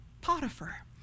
Potiphar